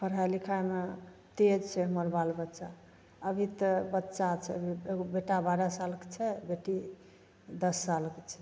पढ़ै लिखैमे तेज छै हमर बाल बच्चा अभी तऽ बच्चा छै अभी एगो बेटा बारह सालके छै आओर बेटी दस सालके छै